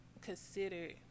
considered